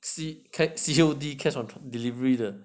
see ca~ C_O_D cash on delivery 的